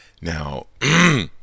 now